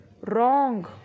wrong